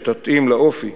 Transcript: שתתאים לאופי